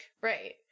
Right